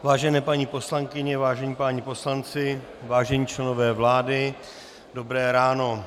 Vážené paní poslankyně, vážení páni poslanci, vážení členové vlády, dobré ráno.